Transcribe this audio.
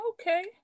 Okay